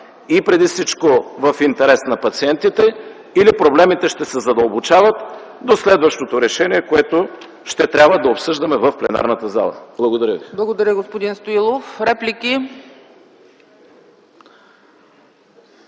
и преди всичко в интерес на пациентите или проблемите ще се задълбочават до следващото решение, което ще трябва да обсъждаме в пленарната зала. Благодаря Ви.